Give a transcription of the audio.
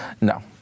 No